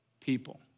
people